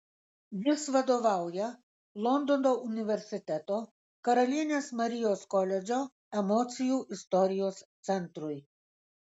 jis vadovauja londono universiteto karalienės marijos koledžo emocijų istorijos centrui